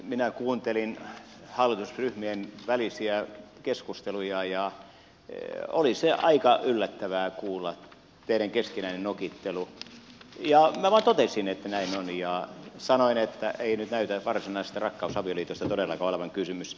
minä kuuntelin hallitusryhmien välisiä keskusteluja ja oli aika yllättävää kuulla teidän keskinäinen nokittelunne ja minä vaan totesin että näin on ja sanoin että ei nyt näytä varsinaisesta rakkausavioliitosta todellakaan olevan kysymys